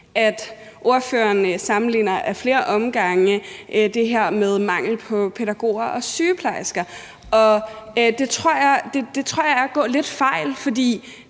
for ordføreren sammenligner ad flere omgange det med det her med mangel på pædagoger og sygeplejersker, og jeg tror, det er at gå lidt fejl af